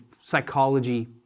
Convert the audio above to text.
psychology